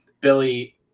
Billy